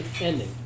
ending